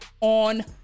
on